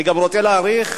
אני רוצה גם להעריך